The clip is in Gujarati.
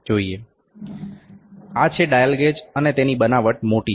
આ છે ડાયલ ગેજ અને તેની બનાવટ મોટી છે